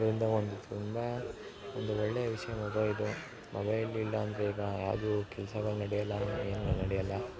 ಅದರಿಂದ ಒಂದು ತುಂಬ ಒಂದು ಒಳ್ಳೆಯ ವಿಷಯ ಮೊಬೈಲು ಮೊಬೈಲ್ ಇಲ್ಲ ಅಂದರೆ ಈಗ ಯಾವುದು ಕೆಲ್ಸಗಳು ನಡೆಯೋಲ್ಲ ಏನೂ ನಡೆಯೋಲ್ಲ